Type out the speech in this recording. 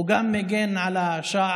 הוא גם מגן על השער,